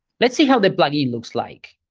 let's see how the plugin looks like.